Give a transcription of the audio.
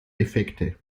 effekte